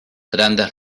grandes